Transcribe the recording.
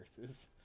nurses